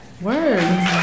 Words